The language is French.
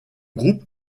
groupe